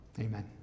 amen